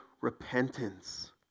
repentance